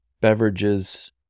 beverages